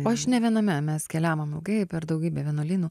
o aš ne viename mes keliavom ilgai per daugybę vienuolynų